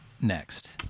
next